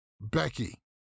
Becky